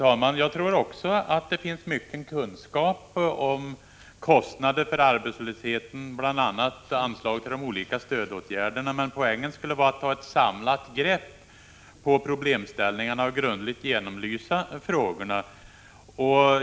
Fru talman! Jag tror också att det finns mycken kunskap om kostnader för arbetslösheten, bl.a. i form av anslag till de olika stödåtgärderna, men poängen skulle vara att ta ett samlat grepp på problemställningarna och grundligt genomlysa frågorna.